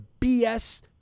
BS